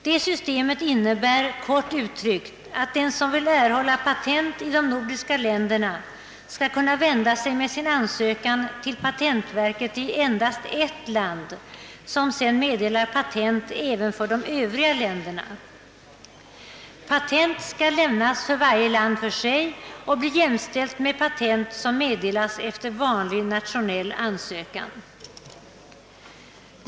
Det systemet innebär, kort uttryckt, ati den som vill erhålla patent i de nordiska länderna skall kunna vända sig med sin ansökan till patentverket i endast ett land, som sedan meddelar patent även för de övriga länderna. Patent skall lämnas för varje land för sig och bli jämställt med patent som meddelas efter vanlig nationell ansökan.